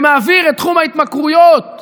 שמעביר את תחום ההתמכרויות